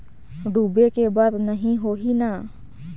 डूबे के बर नहीं होही न?